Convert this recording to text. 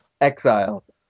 Exiles